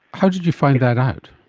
how did you find that out?